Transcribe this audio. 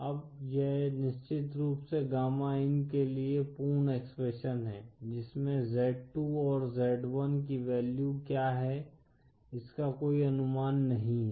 अब यह निश्चित रूप से गामा इन के लिए पूर्ण एक्सप्रेशन है जिसमें z2 और z1 की वैल्यू क्या हैं इसका कोई अनुमान नहीं है